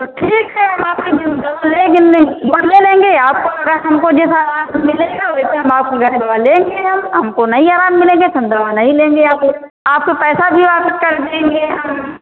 तो ठीक है आपसे फिर हम दवा ले दवा ले लेंगे आपको अगर हमको जेसा आराम मिलेगा वैसे हम आपके घर दवा लेंगे हम हमको नहीं आराम मिलेगा तो दवा नहीं लेंगे आपकी आपकी पैसा भी वापस कर देंगे हम